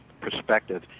perspective